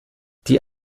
die